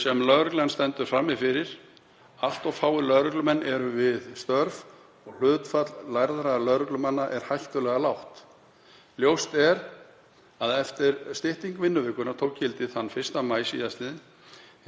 sem lögreglan stendur frammi fyrir. Allt of fáir lögreglumenn eru við störf og hlutfall lærðra lögreglumanna er hættulega lágt. Ljóst er að eftir að stytting vinnuvikunnar tók gildi þann 1. maí síðastliðinn